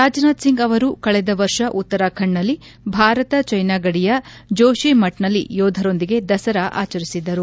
ರಾಜನಾಥ್ ಸಿಂಗ್ ಅವರು ಕಳೆದ ವರ್ಷ ಉತ್ತರಖಂಡ್ನಲ್ಲಿ ಭಾರತ ಚ್ಛೆನಾ ಗಡಿಯ ಜೋಶಿಮಠ್ನಲ್ಲಿ ಯೋಧರೊಂದಿಗೆ ದಸರಾ ಆಚರಿಸಿದ್ದರು